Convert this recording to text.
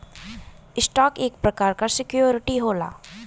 stock एक प्रकार क सिक्योरिटी होला